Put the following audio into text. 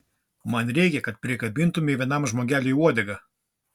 man reikia kad prikabintumei vienam žmogeliui uodegą